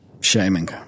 Shaming